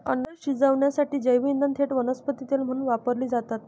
अन्न शिजवण्यासाठी जैवइंधने थेट वनस्पती तेल म्हणून वापरली जातात